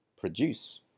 produce